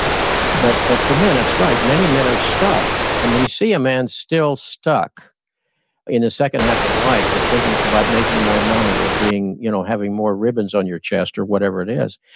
but but for men, that's right, many men are stuck. and when you see a man still stuck in the second half of life with thinking it's about making more money or you know having more ribbons on your chest or whatever it is.